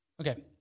Okay